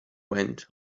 went